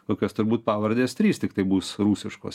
kokios turbūt pavardės trys tiktai bus rusiškos